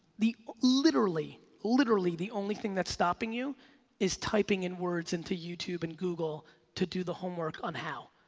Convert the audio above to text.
the literally, literally the only thing that's stopping you is typing in words into youtube and google to do the homework on how.